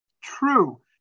True